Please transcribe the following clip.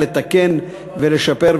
לתקן ולשפר,